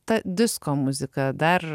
ta disko muzika dar